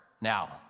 now